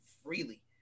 Freely